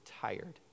tired